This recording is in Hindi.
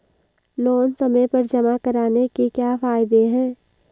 लोंन समय पर जमा कराने के क्या फायदे हैं?